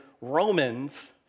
Romans